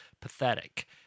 Pathetic